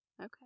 Okay